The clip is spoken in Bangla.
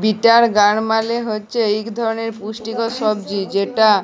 বিটার গাড় মালে হছে ইক ধরলের পুষ্টিকর সবজি যেটর